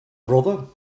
brother